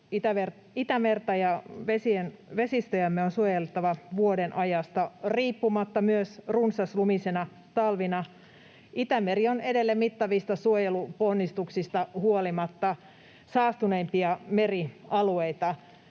Itämerta ja vesistöjämme on suojeltava vuodenajasta riippumatta, myös runsaslumisina talvina. Itämeri on edelleen, mittavista suojeluponnistuksista huolimatta, saastuneimpia merialueita.